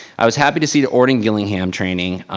i was happy to see the orton gillingham training.